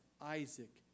Isaac